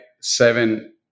seven